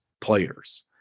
players